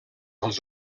als